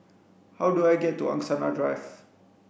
how do I get to Angsana Drive